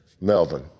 Melvin